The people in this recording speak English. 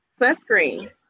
sunscreen